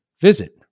Visit